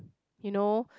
you know